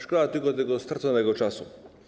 Szkoda tylko tego straconego czasu.